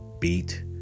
beat